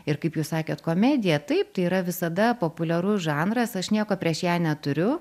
ir kaip jūs sakėt komedija taip tai yra visada populiarus žanras aš nieko prieš ją neturiu